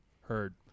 heard